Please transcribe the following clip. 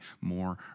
more